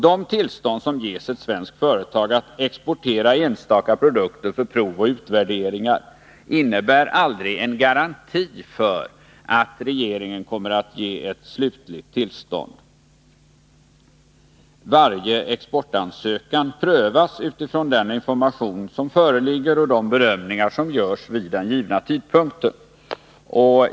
De tillstånd som ges ett svenskt företag att exportera enstaka produkter för prov och utvärderingar innebär aldrig en garanti för att regeringen kommer att ge ett slutligt tillstånd. Varje exportansökan prövas utifrån den information som föreligger och de bedömningar som görs vid den givna tidpunkten.